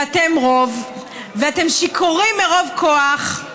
שאתם רוב, ואתם שיכורים מרוב כוח,